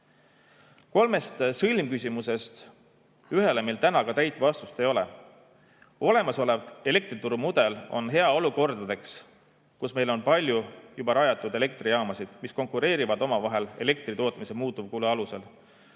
Kolmest sõlmküsimusest ühele meil täna aga täit vastust ei ole. Olemasolev elektriturumudel on hea sellistes olukordades, kus meil on palju juba rajatud elektrijaamasid, mis konkureerivad omavahel elektritootmise muutuvkulu alusel.